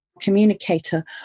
Communicator